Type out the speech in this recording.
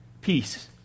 Peace